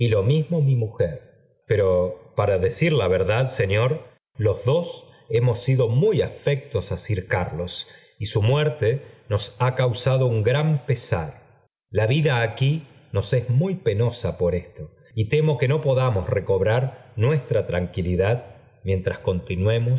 lo mismo mi mujer pero para decir la verdad señor los dos hemos sido muy afectos á sir carlos y su muerto nos ha causado un gran pesar la vida aquí nos es muy penosa por esto y temo que no podamos recobrar nuestra tranquilidad mientras continuemos